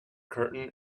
curtain